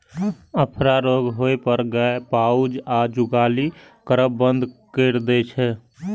अफरा रोग होइ पर गाय पाउज या जुगाली करब बंद कैर दै छै